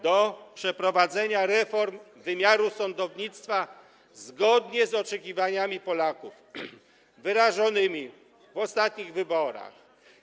do przeprowadzenia reform wymiaru sądownictwa zgodnie z oczekiwaniami Polaków wyrażonymi w ostatnich wyborach.